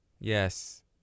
Yes